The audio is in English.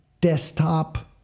desktop